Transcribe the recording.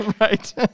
right